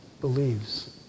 Believes